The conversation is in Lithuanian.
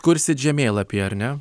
kursit žemėlapį ar ne